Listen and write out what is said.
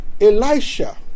Elisha